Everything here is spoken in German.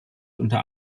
unter